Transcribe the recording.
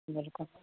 بِلکُل